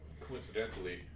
Coincidentally